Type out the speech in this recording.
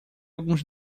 alguns